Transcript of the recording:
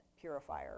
purifier